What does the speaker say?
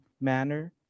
manner